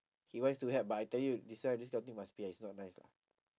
he wants to help but I tell you this one this kind of thing must pay ah it's not nice lah